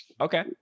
Okay